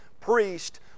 priest